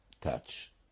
touch